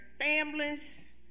families